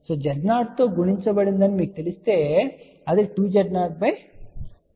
Z0 తో గుణించబడిందని మీకు తెలిస్తే అది 2Z02Z0Zఅవుతుంది